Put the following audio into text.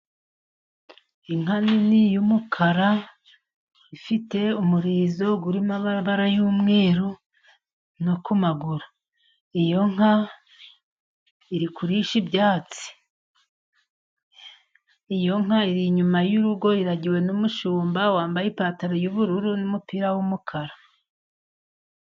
Inka nini y'umukara, ifite umurizo urimo amabara y'umweru no ku maguru, iyo nka iri kurisha ibyatsi iyo nka iri inyuma y'urugo, iragiwe n'umushumba wambaye ipantaro y'ubururu n'umupira w'umukara.